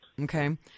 Okay